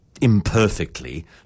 imperfectly